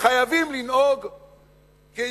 חייבים לנהוג כיהודים,